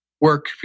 work